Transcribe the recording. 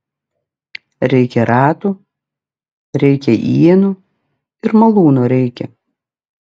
reikia ratų reikia ienų ir malūno reikia